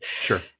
sure